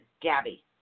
Gabby